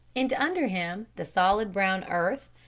and under him the solid brown earth,